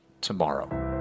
tomorrow